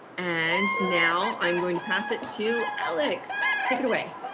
and now i'm going to pass it to alex, take it away.